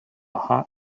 hot